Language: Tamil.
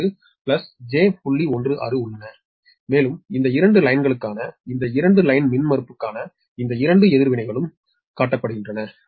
16 உள்ளன மேலும் இந்த 2 லைன்களுக்கான இந்த 2 லைன் மின்மறுப்புக்கான இந்த இரண்டு எதிர்வினைகளும் காட்டப்படுகின்றன